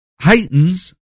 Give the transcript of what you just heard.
heightens